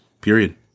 period